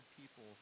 people